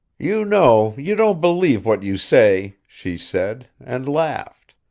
you know you don't believe what you say, she said, and laughed.